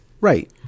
Right